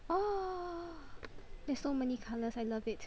there's so many colours I love it